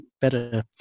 better